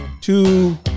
Two